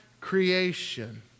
creation